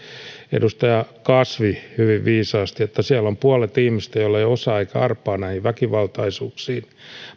edustaja kasvi hyvin viisaasti että siellä on puolet ihmisiä joilla ei ole osaa eikä arpaa näihin väkivaltaisuuksiin